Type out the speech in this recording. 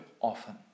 often